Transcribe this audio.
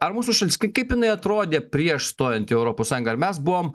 ar mūsų šalis kaip jinai atrodė prieš stojant į europos sąjungą ar mes buvom